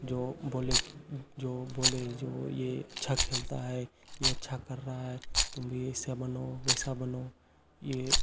जो बोले जो बोले जो ये अच्छा खेलता है ये अच्छा कर रहा है तुम भी ऐसा बनो वैसा बनो ये